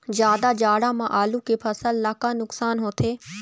जादा जाड़ा म आलू के फसल ला का नुकसान होथे?